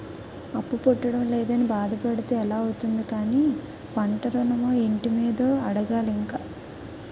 అప్పు పుట్టడం లేదని బాధ పడితే ఎలా అవుతుంది కానీ పంట ఋణమో, ఇంటి మీదో అడగాలి ఇంక